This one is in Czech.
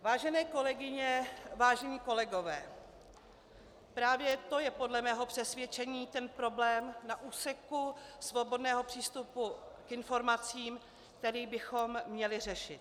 Vážené kolegyně, vážení kolegové, právě to je podle mého přesvědčení ten problém na úseku svobodného přístupu k informacím, který bychom měli řešit.